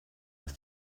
ist